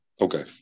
Okay